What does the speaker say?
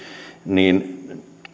niin ne